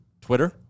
Twitter